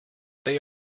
they